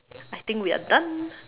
I think we are done